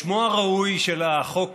שמו הראוי של החוק